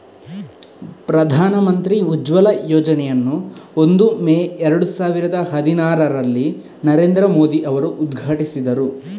ಪ್ರಧಾನ ಮಂತ್ರಿ ಉಜ್ವಲ ಯೋಜನೆಯನ್ನು ಒಂದು ಮೇ ಏರಡು ಸಾವಿರದ ಹದಿನಾರರಲ್ಲಿ ನರೇಂದ್ರ ಮೋದಿ ಅವರು ಉದ್ಘಾಟಿಸಿದರು